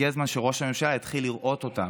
הגיע הזמן שראש הממשלה יתחיל לראות אותם,